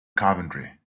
coventry